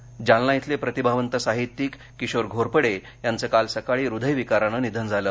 निधन जालना इथले प्रतिभावंत साहित्यिक किशोर घोरपडे यांचे काल सकाळी हृदयविकारानं निधन झालं